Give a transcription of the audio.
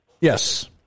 Yes